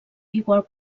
igual